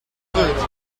fruit